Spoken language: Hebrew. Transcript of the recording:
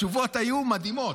התשובות היו מדהימות.